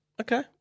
Okay